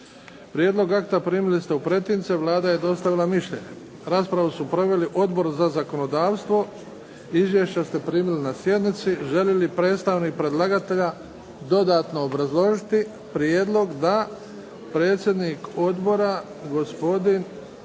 Prijedlog akta primili ste u pretince. Vlada je dostavila mišljenje. Raspravu su proveli Odbor za zakonodavstvo. Izvješća ste primili na sjednici. Želi li predstavnik predlagatelja dodatno obrazložiti prijedlog? Da. Predsjednik odbora gospodin